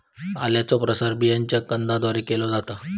आल्याचो प्रसार बियांच्या कंदाद्वारे केलो जाता